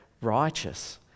righteous